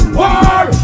war